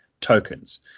tokens